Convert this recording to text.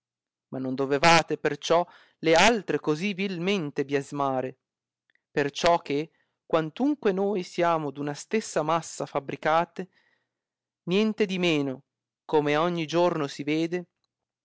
ma non dovevate per ciò le altre così vilmente biasmare perciò che quantunque noi siamo d una stessa massa fabricate nientedimeno come ogni giorno si vede